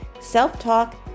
self-talk